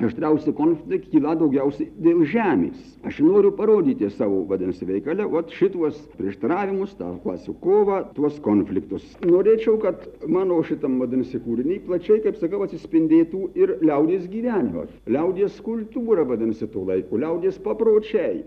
aštriausi konfliktai kyla daugiausi dėl žemės aš i noriu parodyti savo vadinasi veikale vot šituos prieštaravimus tą klasių kovą tuos konfliktus norėčiau kad mano šitam vadinasi kūriny plačiai kaip sakiau atsispindėtų ir liaudies gyvenimas liaudies kultūra vadinasi to laiko liaudies papročiai